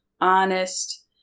honest